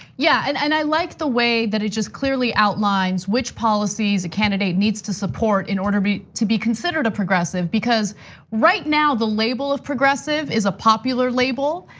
yeah, and and i liked the way that it just clearly outlines which policies a candidate needs to support in order to be considered a progressive because right now, the label of progressive is a popular label.